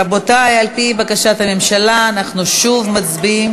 רבותי, על-פי בקשת הממשלה, אנחנו שוב מצביעים